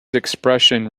expression